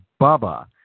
Bubba